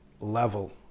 level